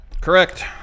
correct